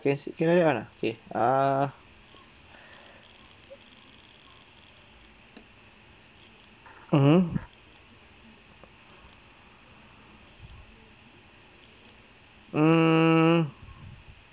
can carry on ah okay err mmhmm mm